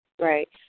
Right